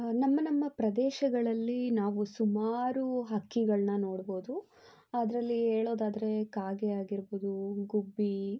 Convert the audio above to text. ನಮ್ಮ ನಮ್ಮ ಪ್ರದೇಶಗಳಲ್ಲಿ ನಾವು ಸುಮಾರು ಹಕ್ಕಿಗಳನ್ನ ನೋಡ್ಬೋದು ಅದರಲ್ಲಿ ಹೇಳೋದಾದ್ರೆ ಕಾಗೆ ಆಗಿರ್ಬೋದು ಗುಬ್ಬಿ